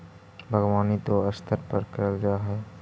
बागवानी दो स्तर पर करल जा हई